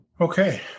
Okay